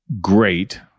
great